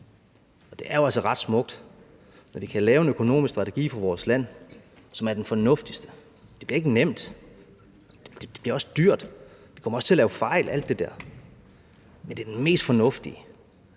det er jo altså ret smukt, at vi kan lave en økonomisk strategi for vores land, som er den fornuftigste. Det bliver ikke nemt, det bliver også dyrt, vi kommer også til at lave fejl og alt det der. Men det er det mest fornuftige.